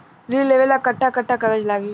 ऋण लेवेला कट्ठा कट्ठा कागज लागी?